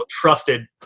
trusted